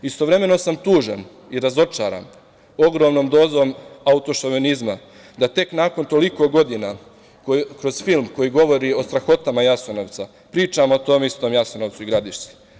Istovremeno sam tužan i razočaran ogromnom dozom autošovinizma, da tek nakon toliko godina, kroz film koji govori o strahotama Jasenovca, pričamo o tom istom Jasenovcu i Gradišci.